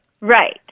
Right